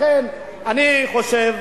לכן אני חושב,